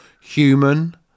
human